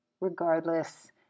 Regardless